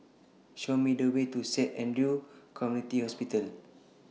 Show Me The Way to Saint Andrew's Community Hospital